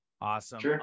Awesome